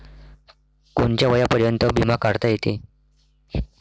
कोनच्या वयापर्यंत बिमा काढता येते?